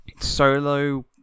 Solo